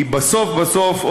כי בסוף בסוף,